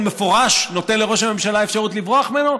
מפורש נותן לראש הממשלה אפשרות לברוח ממנו,